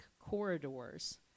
corridors